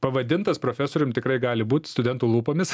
pavadintas profesorium tikrai gali būt studentų lūpomis